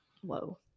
whoa